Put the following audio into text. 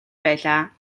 байлаа